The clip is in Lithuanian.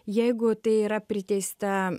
jeigu tai yra priteista